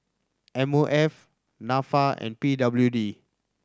M O F Nafa and P W D